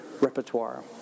repertoire